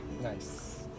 nice